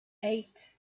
eight